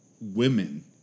women